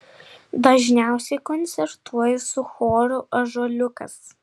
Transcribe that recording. dažniausiai koncertuoju su choru ąžuoliukas